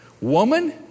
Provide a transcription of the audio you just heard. Woman